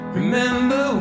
remember